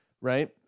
Right